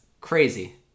crazy